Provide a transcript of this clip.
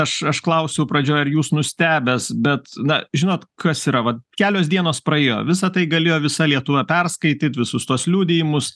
aš aš klausiau pradžioj ar jūs nustebęs bet na žinot kas yra vat kelios dienos praėjo visa tai galėjo visa lietuva perskaityt visus tuos liudijimus